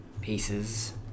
pieces